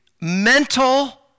mental